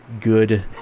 Good